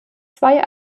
zwei